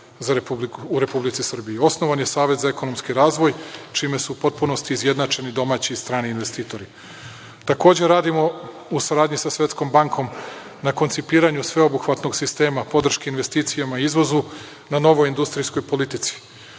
u Republici Srbiji. Osnovan je Savet za ekonomski razvoj, čime su u potpunosti izjednačeni domaći i strani investitori. Takođe, radimo u saradnji sa Svetskom bankom na koncipiranju sveobuhvatnog sistema podrške investicijama i izvozu na novoj industrijskoj politici.